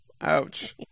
Ouch